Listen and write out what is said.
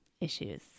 issues